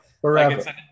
forever